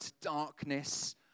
darkness